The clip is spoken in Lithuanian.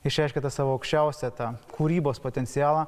išreiškia tą savo aukščiausią tą kūrybos potencialą